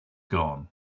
gone